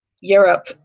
Europe